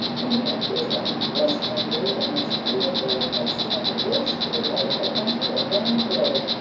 england is unquestionably the most beautiful, excellent, rich, delightful country upon the globe.